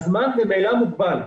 הזמן ממילא מוגבל.